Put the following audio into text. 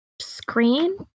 screen